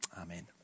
Amen